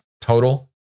total